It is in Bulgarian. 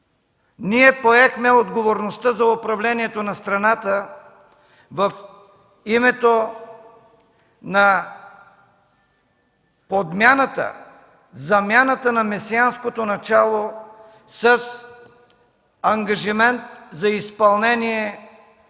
Ние поехме отговорността за управлението на страната в името на подмяната, замяната на месианското начало с ангажимент за изпълнение